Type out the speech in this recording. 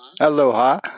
Aloha